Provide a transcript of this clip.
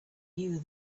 knew